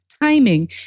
timing